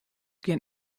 gjin